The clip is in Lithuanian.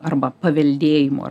arba paveldėjimo